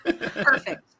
perfect